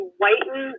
whiten